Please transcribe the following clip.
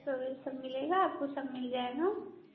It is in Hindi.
सब मिलेगा आपको सब मिल जाएगा